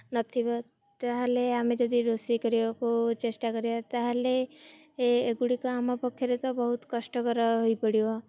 ନଥିବ ତା'ହେଲେ ଆମେ ଯଦି ରୋଷେଇ କରିବାକୁ ଚେଷ୍ଟା କରିବା ତା'ହେଲେ ଏଗୁଡ଼ିକ ଆମ ପକ୍ଷରେ ତ ବହୁତ କଷ୍ଟକର ହୋଇପଡ଼ିବ